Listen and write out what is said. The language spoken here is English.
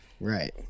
right